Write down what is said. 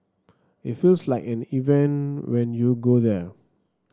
it feels like an event when you go there